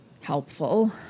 helpful